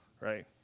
right